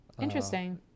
interesting